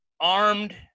armed